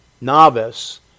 novice